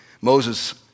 Moses